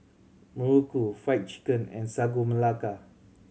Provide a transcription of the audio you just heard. muruku Fried Chicken and Sagu Melaka